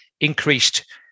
increased